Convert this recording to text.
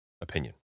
opinion